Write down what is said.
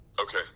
Okay